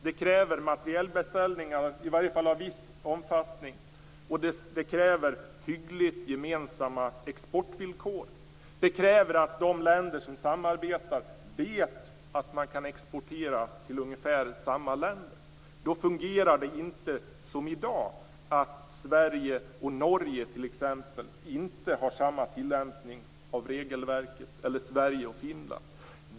Det kräver materielbeställningar av i alla fall viss omfattning, och det kräver hyggligt gemensamma exportvillkor. Det kräver att de länder som samarbetar vet att man kan exportera till liknande länder. Det fungerar inte om Sverige och Norge eller Sverige och Finland, t.ex., som i dag tillämpar regelverket på olika sätt.